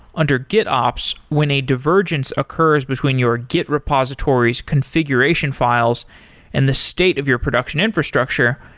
under gitops, when a divergence occurs between your git repositories configuration files and the state of your production infrastructure,